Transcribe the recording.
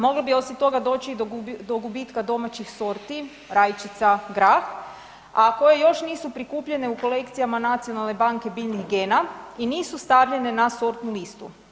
Moglo bi osim toga doći i do gubitka domaćih sorti rajčica, grah, a koje još nisu prikupljene u kolekcijama nacionalne banke biljnih gena i nisu stavljene na sortnu listu.